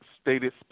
stated